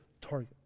target